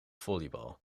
volleybal